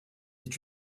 est